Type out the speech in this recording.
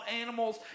animals